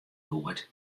goed